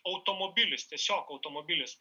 automobilis tiesiog automobilis